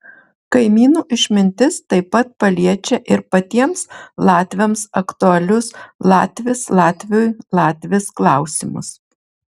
kaimynų išmintis taip pat paliečia ir patiems latviams aktualius latvis latviui latvis klausimus